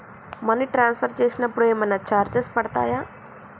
Money transfer చేసినప్పుడు ఏమైనా charges పడతయా?